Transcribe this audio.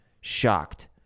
Shocked